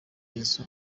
inzu